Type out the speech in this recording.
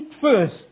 first